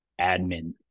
admin